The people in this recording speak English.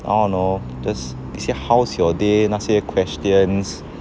I don't know just 一些 how's your day 那些 questions